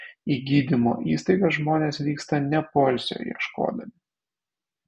į gydymo įstaigas žmonės vyksta ne poilsio ieškodami